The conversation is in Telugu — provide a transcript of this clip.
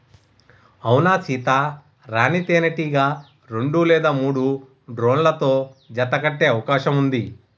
అవునా సీత, రాణీ తేనెటీగ రెండు లేదా మూడు డ్రోన్లతో జత కట్టె అవకాశం ఉంది